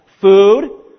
Food